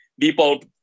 People